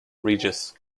regis